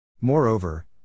Moreover